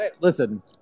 Listen